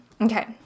Okay